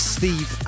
Steve